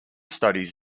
studies